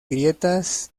grietas